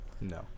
no